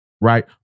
Right